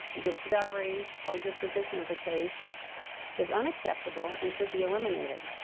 discovery, or disposition of the case is unacceptable and should be eliminated.